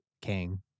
King